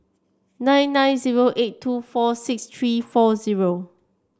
nine nine zero eight two four six three four zero